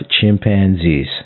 chimpanzees